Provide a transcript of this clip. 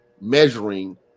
measuring